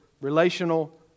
relational